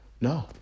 No